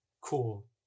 cool